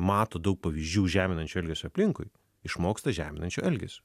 mato daug pavyzdžių žeminančio elgesio aplinkui išmoksta žeminančio elgesio